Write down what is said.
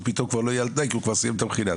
פתאום לא יהיה על תנאי כי הוא כבר סיים את המכינה.